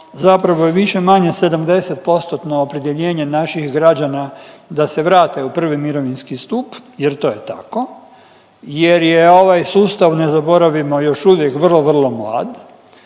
zapravo je više-manje 70%-tno opredjeljenje naših građana da se vrate u prvi mirovinski stup jer to je tako jer ovaj sustav, ne zaboravimo još uvijek vrlo, vrlo mlad,